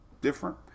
different